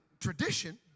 tradition